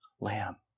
lamb